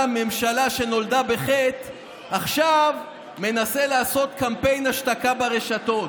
ממשלה שנולדה בחטא עכשיו מנסה לעשות קמפיין השתקה ברשתות.